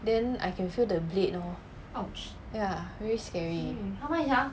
then I can feel the blade lor ya really scary